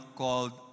called